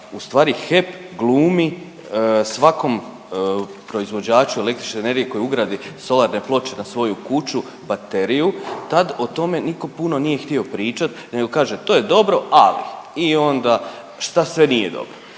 ustvari HEP glumi svakom proizvođaču električne energije koji ugradi solarne ploče na svoju kuću bateriju, tad o tome nitko puno nije htio pričati nego kaže, to je dobro, ali, i onda šta sve nije dobro.